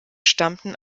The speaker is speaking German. stammten